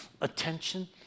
attention